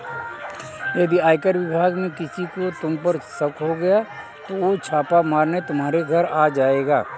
यदि आयकर विभाग में किसी को तुम पर शक हो गया तो वो छापा मारने तुम्हारे घर आ जाएंगे